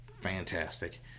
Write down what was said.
Fantastic